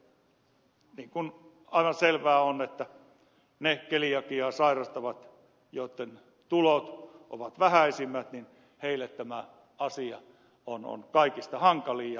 niin kuin aivan selvää on niille keliakiaa sairastaville joitten tulot ovat vähäisimmät tämä asia on kaikista hankalin